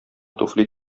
туфли